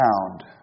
found